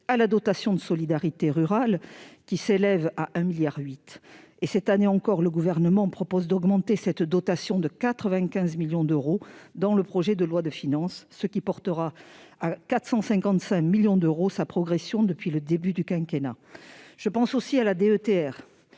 à la dotation de solidarité rurale, dont le montant s'élève à 1,8 milliard d'euros. Cette année encore, le Gouvernement propose d'augmenter cette dotation de 95 millions d'euros dans le projet de loi de finances, ce qui portera à 455 millions d'euros sa progression depuis le début du quinquennat. Je pense aussi à la